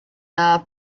the